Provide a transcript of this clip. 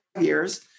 years